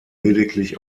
lediglich